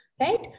right